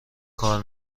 کار